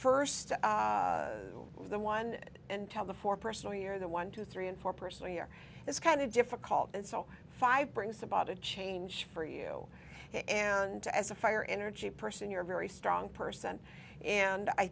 first the one and tell the four personal you're the one two three and four person year it's kind of difficult and so five brings about a change for you and as a fire energy person you're very strong person and i